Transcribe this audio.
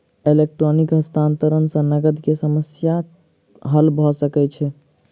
electronic हस्तांतरण सॅ नकद के समस्या हल भ सकै छै